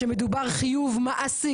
שמדובר חיוב מעסיק,